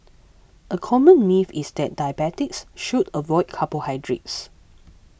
a common myth is that diabetics should avoid carbohydrates